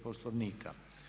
Poslovnika.